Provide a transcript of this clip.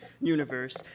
universe